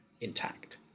intact